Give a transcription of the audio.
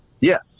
Yes